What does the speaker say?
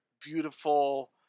beautiful